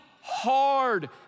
hard